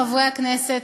חברי הכנסת,